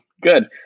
Good